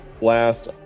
last